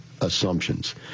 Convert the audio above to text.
assumptions